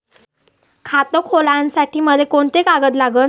खात खोलासाठी मले कोंते कागद लागन?